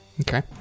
Okay